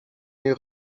nie